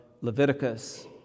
Leviticus